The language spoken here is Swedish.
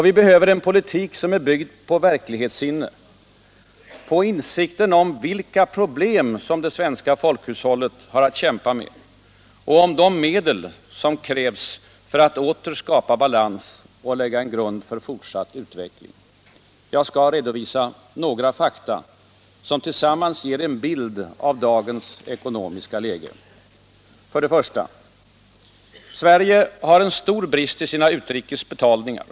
Vi behöver en politik byggd på verklighetssinne, på insikten om vilka problem det svenska folkhushållet har att kämpa med och om de medel som krävs för att åter skapa balans och att lägga en grund för fortsatt utveckling. Allmänpolitisk debatt Allmänpolitisk debatt Jag skall redovisa några fakta, som tillsammans ger en bild av dagens ekonomiska läge. 1. Sverige har en 'stor brist i sina utrikesbetalningar.